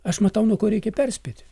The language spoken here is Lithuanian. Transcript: aš matau nuo ko reikia perspėti